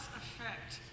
affect